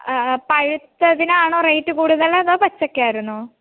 പഴുത്തതിനാണോ rate കൂടുതൽ അതോ പച്ചക്കായിരുന്നോ